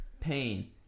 Pain